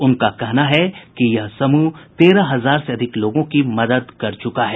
उनका कहना है कि यह समूह तेरह हजार से भी अधिक लोगों की मदद कर चुका है